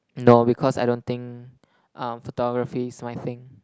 no because I don't think uh photography is my thing